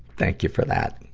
thank you for that.